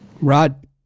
Rod